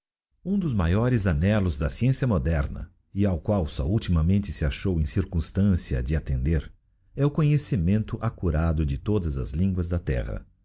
um dos maiores arúielos da sciencia moderna e ao qual só ultimamente se achou em circumst anciãs de attender é o conhecimento acurado de todas as línguas da terra